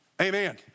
Amen